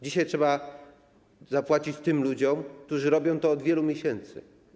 Dzisiaj trzeba zapłacić tym ludziom, którzy robią to od wielu miesięcy.